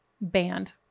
band